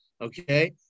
okay